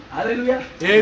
Hallelujah